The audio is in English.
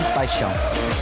paixão